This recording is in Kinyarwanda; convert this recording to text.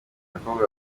abakobwa